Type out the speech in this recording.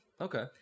Okay